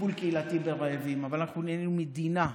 טיפול קהילתי ברעבים, אבל אנחנו נהיינו מדינה,